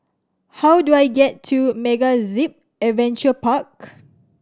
how do I get to MegaZip Adventure Park